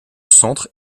centre